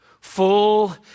full